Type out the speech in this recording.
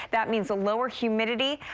that means lower humidity,